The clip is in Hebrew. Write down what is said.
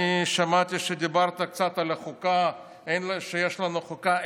אני שמעתי שדיברת קצת על החוקה, שיש לנו חוקה.